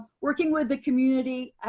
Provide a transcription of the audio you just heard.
working with the community.